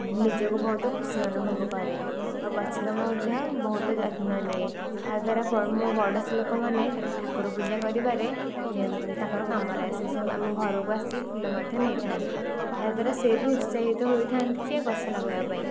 ମୁଁ ନିଜକୁ ବହୁତ ଖୁସି ଅନୁଭବ କରେ ଆଉ ଗଛର ମଧ୍ୟ ବହୁତ ଯତ୍ନ ନିଏ ଯାହା ଦ୍ୱାରା ମୋ ପଡ଼ୋଶୀ ଲୋକମାନେ ଠାକୁର ପୂଜା କରିବାରେ ତାଙ୍କର କାମରେ ଆସେ ସେ ଆମ ଘରକୁ ଆସି ଫୁଲ ମଧ୍ୟ ନେଇଥାନ୍ତି ଏହାଦ୍ୱାରା ସେ ବି ଉତ୍ସାହିତ ହୋଇଥାନ୍ତି ଯେ ଗଛ ଲଗାଇବା ପାଇଁ